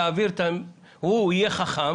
הוא יהיה חכם